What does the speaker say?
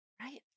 Right